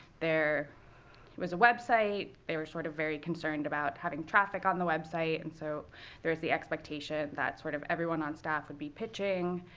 it was a website. they were, sort of, very concerned about having traffic on the website, and so there is the expectation that, sort of, everyone on staff would be pitching.